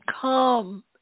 come